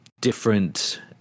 different